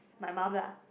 my mum lah